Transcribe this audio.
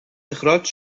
اخراج